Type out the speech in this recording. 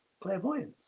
Clairvoyance